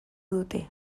dute